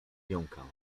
jąkała